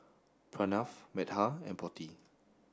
Pranav Medha and Potti